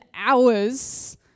hours